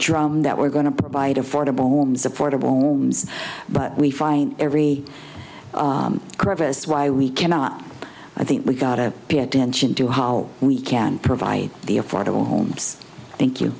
drum that we're going to provide affordable homes affordable homes but we find every crevice why we cannot i think we've got to pay attention to how we can provide the affordable homes thank you